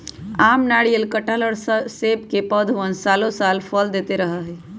आम, नारियल, कटहल और सब के पौधवन सालो साल फल देते रहा हई